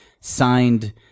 signed